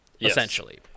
essentially